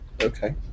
Okay